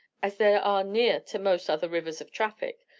as there are near to most other rivers of traffic,